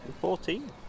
Fourteen